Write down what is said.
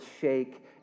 shake